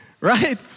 Right